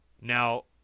Now